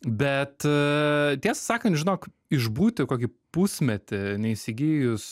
bet a tiesą sakant žinok išbūti kokį pusmetį neįsigijus